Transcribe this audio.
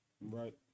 Right